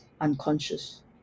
unconscious